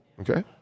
Okay